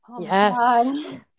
yes